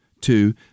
two